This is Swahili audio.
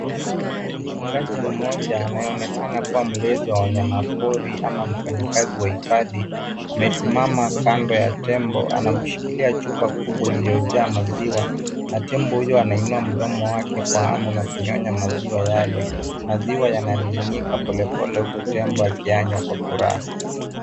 Mchungaji mmoja anayeonekana kuwa mlezi wa wanyama pori ama mfanyakazi wa hifadhi amesimama kando ya tembo anamshikilia chupa kubwa iliyo jaa maziwa na tembo huyu anainua mdomo wake kwa hamu na kunyonya maziwa yale. Maziwa yananinginika pole pole huku tembo akiyanywa kwa furaha.